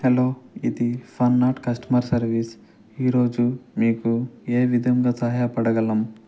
hello ఇది Fun Art customer service ఈరోజు మీకు ఏ విధంగా సహాయపడగలం